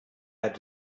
had